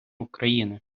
україни